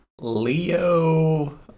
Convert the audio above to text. Leo